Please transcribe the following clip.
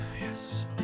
Yes